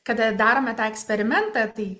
kada darome tą eksperimentą tai